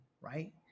right